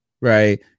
right